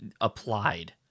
applied